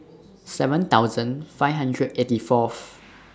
seven thousand five hundred eighty Fourth